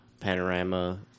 panorama